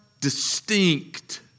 distinct